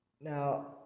Now